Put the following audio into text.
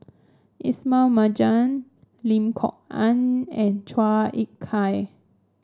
Ismail Marjan Lim Kok Ann and Chua Ek Kay